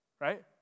right